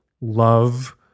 love